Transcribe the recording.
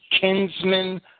kinsmen